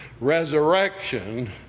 resurrection